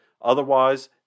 Otherwise